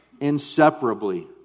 inseparably